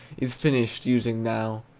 is finished using now,